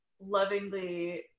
lovingly